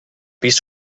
pis